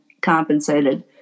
compensated